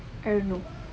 I don't know